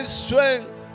strength